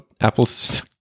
Apple's